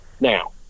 Now